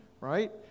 right